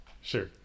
Sure